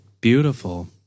Beautiful